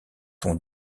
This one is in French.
ton